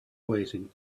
waiting